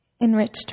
enriched